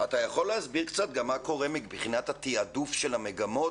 אתה יכול להסביר קצת גם מה קורה מבחינת התעדוף של המגמות?